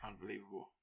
Unbelievable